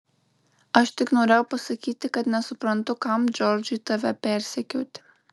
aš tik norėjau pasakyti kad nesuprantu kam džordžui tave persekioti